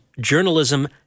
journalism